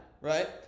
right